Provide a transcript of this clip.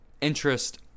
interest